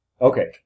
Okay